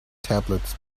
tablets